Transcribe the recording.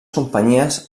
companyies